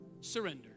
Surrender